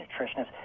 nutritionists